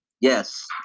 yes